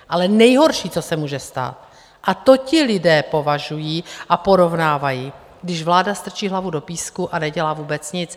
Ale nejhorší, co se může stát, a to ti lidé považují a porovnávají, když vláda strčí hlavu do písku a nedělá vůbec nic.